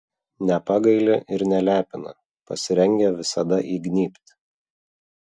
nepagaili ir nelepina pasirengę visada įgnybt